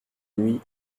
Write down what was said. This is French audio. nuit